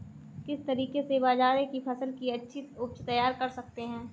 किस तरीके से बाजरे की फसल की अच्छी उपज तैयार कर सकते हैं?